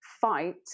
fight